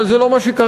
אבל זה לא מה שקרה.